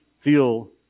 feel